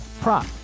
prop